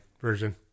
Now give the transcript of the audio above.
version